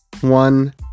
one